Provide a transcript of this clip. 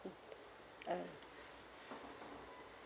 uh